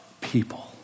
people